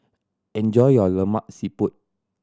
enjoy your Lemak Siput